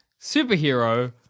superhero